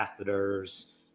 catheters